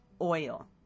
oil